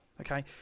Okay